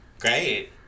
great